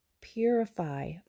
Purify